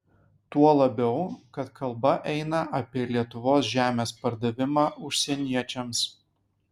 tuo labiau kad kalba eina apie lietuvos žemės pardavimą užsieniečiams